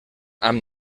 amb